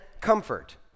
comfort